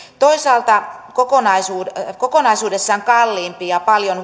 toisaalta kokonaisuudessaan kalliimpi ja paljon